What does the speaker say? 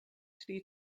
die